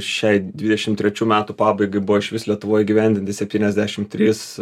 šiai dvidešimt trečių metų pabaigai buvo išvis lietuvoje įgyvendinti septyniasdešimt trys